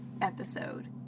episode